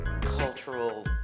cultural